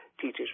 teachers